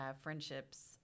friendships